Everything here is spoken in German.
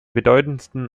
bedeutendsten